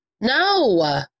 No